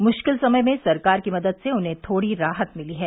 मुश्किल समय में सरकार की मदद से उन्हें थोड़ी राहत मिली है